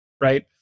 right